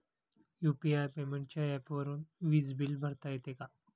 UPI पेमेंटच्या ऍपवरुन वीज बिल भरता येते का?